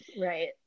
right